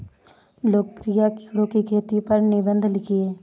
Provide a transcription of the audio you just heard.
लोकप्रिय कीड़ों की खेती पर निबंध लिखिए